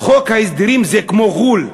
חוק ההסדרים זה כמו "ע'ול".